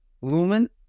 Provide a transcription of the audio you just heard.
lumen